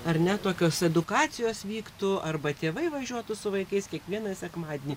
ar ne tokios edukacijos vyktų arba tėvai važiuotų su vaikais kiekvieną sekmadienį